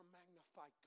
magnify